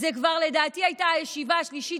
לדעתי זו הייתה כבר הישיבה השלישית